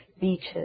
beaches